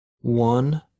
one